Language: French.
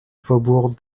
faubourg